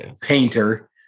Painter